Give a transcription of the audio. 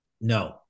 no